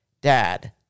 Dad